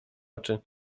oczy